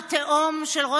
הילד, את הבן שלהם,